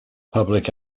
public